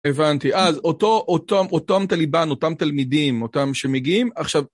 הבנתי, אז אותם טליבן, אותם תלמידים, אותם שמגיעים, עכשיו